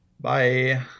Bye